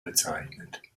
bezeichnet